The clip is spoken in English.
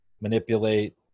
manipulate